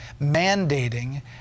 mandating